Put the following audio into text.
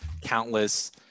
countless